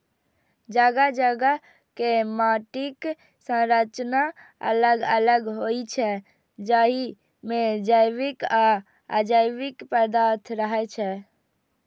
जगह जगह के माटिक संरचना अलग अलग होइ छै, जाहि मे जैविक आ अजैविक पदार्थ रहै छै